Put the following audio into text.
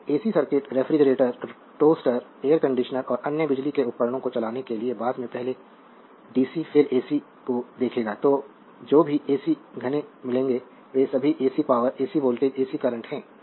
तो AC circuit refrigerator toaster air conditioner और अन्य बिजली के उपकरणों को चलाने के लिए बाद में पहले डीसी फिर एसी को देखेगा जो भी एसी घने मिलेंगे वे सभी AC power AC voltage AC current हैं